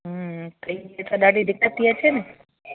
हूं त हीअ त ॾाढी दिक़तु थी अचे न